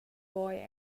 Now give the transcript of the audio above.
boy